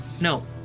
No